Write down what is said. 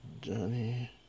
Johnny